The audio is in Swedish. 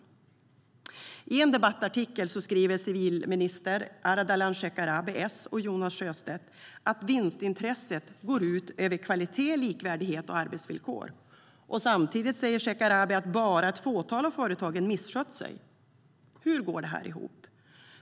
I en debattartikel skriver civilminister Ardalan Shekarabi och Jonas Sjöstedt att vinstintresset går ut över kvalitet, likvärdighet och arbetsvillkor. Samtidigt säger Shekarabi att bara ett fåtal av företagen misskött sig. Hur går detta ihop?